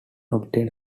obtain